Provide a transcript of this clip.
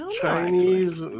Chinese